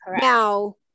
Now